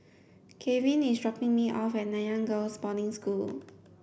Gavin is dropping me off at Nanyang Girls' Boarding School